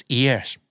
ears